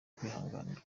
kwihanganirwa